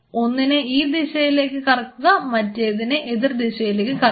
ഒന്നിനെ ഈ ദിശയിലേക്ക് കറക്കുക മറ്റേതിനെ എതിർദിശയിലേക്ക് കറക്കുക